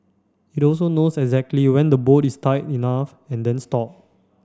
it also knows exactly when the bolt is tight enough and then stop